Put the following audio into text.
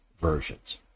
versions